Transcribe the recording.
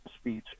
speech